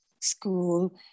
school